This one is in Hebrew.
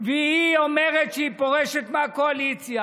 והיא אומרת שהיא פורשת מהקואליציה,